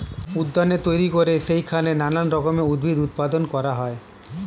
উদ্যানে তৈরি করে সেইখানে নানান রকমের উদ্ভিদ উৎপাদন করা হয়